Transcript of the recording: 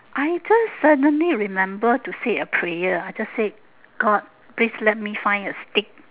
I just suddenly remember to say a prayer just say god please let me find a stick